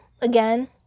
again